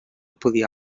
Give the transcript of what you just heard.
podia